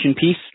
piece